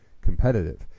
competitive